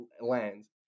lands